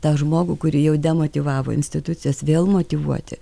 tą žmogų kurį jau demotyvavo institucijos vėl motyvuoti